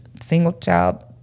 single-child